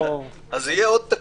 זה גם קורה לעתים.